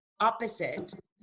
opposite